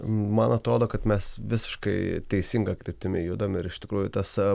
man atrodo kad mes visiškai teisinga kryptimi judam ir iš tikrųjų tas